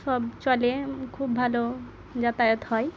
সব চলে খুব ভালো যাতায়াত হয়